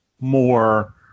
more